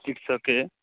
it's okay